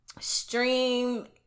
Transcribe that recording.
stream